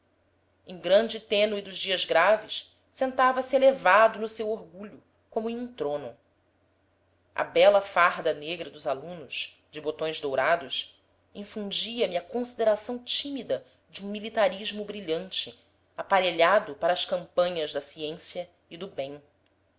em grande tenue dos dias graves sentava-se elevado no seu orgulho como em um trono a bela farda negra dos alunos de botões dourados infundia me a consideração tímida de um militarismo brilhante aparelhado para as campanhas da ciência e do bem